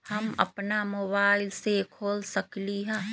हम अपना मोबाइल से खोल सकली ह?